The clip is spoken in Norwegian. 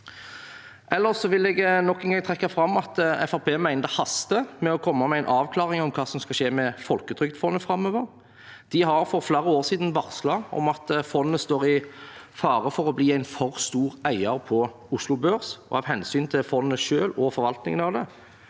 Fremskrittspartiet mener det haster med å komme med en avklaring om hva som skal skje med Folketrygdfondet framover. Fondet har for flere år siden varslet om at det står i fare for å bli en for stor eier på Oslo Børs, og av hensyn til fondet selv og forvaltningen av det